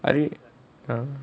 I read um